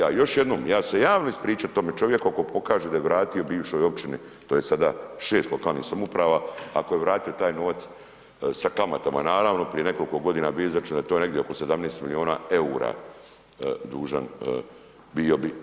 Ja još jednom, ja ću se javno ispričati tome čovjeku ako pokaže da je vratio bivšoj općini, to je sada 6 lokalnih samouprava, ako je vratio taj novac sa kamatama naravno, prije nekoliko godina bio je izračun da je to negdje oko 17 milijuna eura dužan bio bi.